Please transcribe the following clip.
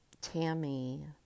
Tammy